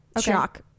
shock